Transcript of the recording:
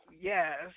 yes